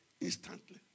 instantly